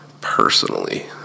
personally